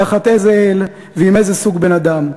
תחת איזה אל ועם איזה סוג בן אדם.